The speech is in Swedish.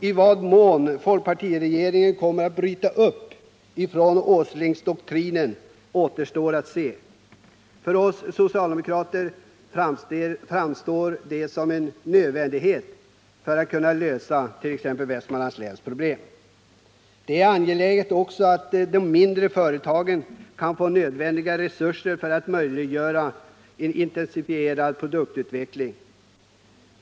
I vad mån folkpartiregeringen kommer att bryta upp från Åslingdoktrinen återstår att se. För oss socialdemokrater framstår det som nödvändigt för att man skall kunna lösa t.ex. Västmanlands läns problem. Det är angeläget att även de mindre företagen kan få nödvändiga resurser för att möjliggöra en intensifierad produktutveckling.